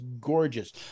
gorgeous